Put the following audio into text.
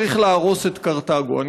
צריך להרוס את קרתגו.